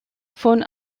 von